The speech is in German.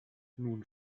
nun